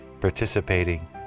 participating